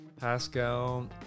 Pascal